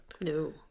No